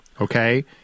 okay